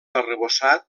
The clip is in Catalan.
arrebossat